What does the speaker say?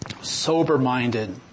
sober-minded